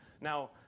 Now